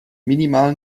minimalen